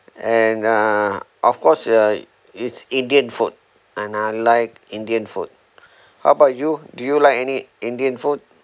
and uh of course uh it's indian food and I like indian food how about you do you like any indian food